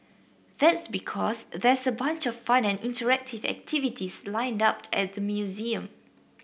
that's because there's a bunch of fun and interactive activities lined up at the museum